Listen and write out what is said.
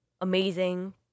amazing